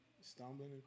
Stumbling